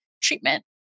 treatment